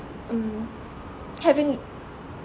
mm having